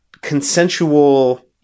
consensual